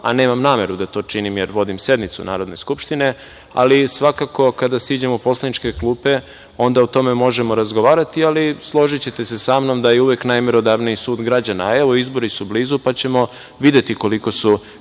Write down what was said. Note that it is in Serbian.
a nemam nameru da to činim, jer vodim sednicu Narodne skupštine, ali svakako kada siđemo u poslaničke klupe, onda o tome možemo razgovarati, ali složićete se sa mnom da je uvek najmerodavniji sud građana. Evo, izbori su blizu, pa ćemo videti koliko su